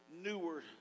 newer